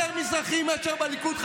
יותר מזרחים מאשר בליכוד,